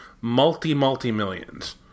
multi-multi-millions